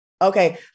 Okay